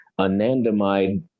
anandamide